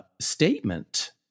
statement